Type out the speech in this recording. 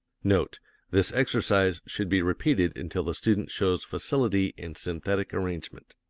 note this exercise should be repeated until the student shows facility in synthetic arrangement.